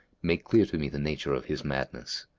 make clear to me the nature of his madness.